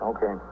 Okay